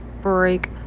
break